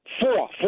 Four